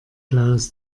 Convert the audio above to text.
blaues